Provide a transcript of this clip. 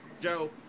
Joe